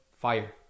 fire